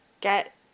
get